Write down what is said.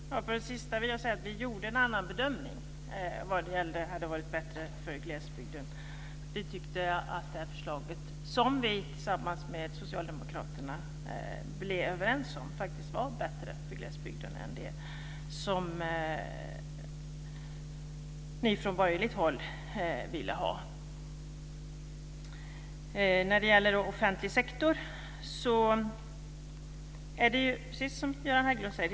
Herr talman! Angående det sista vill jag säga att vi gjorde en annan bedömning av vad som var bättre för glesbygden. Vi tyckte att det förslag som vi tillsammans med socialdemokraterna blev överens om var bättre för glesbygden än det förslag som ni från borgerligt håll ville få igenom. När det gäller offentlig sektor är det precis som Göran Hägglund säger.